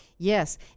Yes